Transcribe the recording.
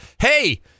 hey